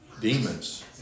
demons